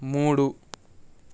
మూడు